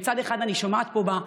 מצד אחד אני שומעת פה,